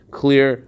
clear